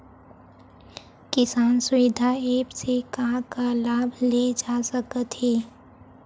किसान सुविधा एप्प से का का लाभ ले जा सकत हे?